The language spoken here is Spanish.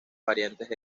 variantes